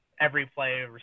every-play